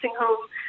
home